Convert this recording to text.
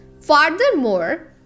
Furthermore